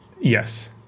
Yes